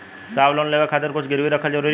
साहब लोन लेवे खातिर कुछ गिरवी रखल जरूरी बा?